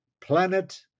planet